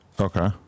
Okay